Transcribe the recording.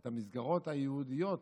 את המסגרות היהודיות,